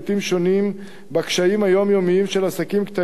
שונים בקשיים היומיומיים של עסקים קטנים,